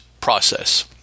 process